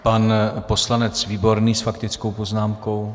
Pan poslanec Výborný s faktickou poznámkou.